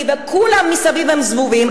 וכולם מסביב הם זבובים,